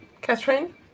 Catherine